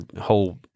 whole